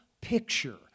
picture